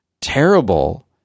terrible